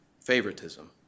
favoritism